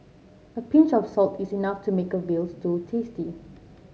a pinch of salt is enough to make a veal stew tasty